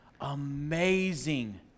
amazing